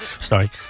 Sorry